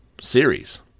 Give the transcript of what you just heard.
series